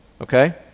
Okay